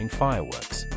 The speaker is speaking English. fireworks